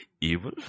evil